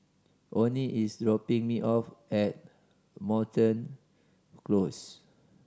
Onnie is dropping me off at Moreton Close